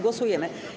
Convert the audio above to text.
Głosujemy.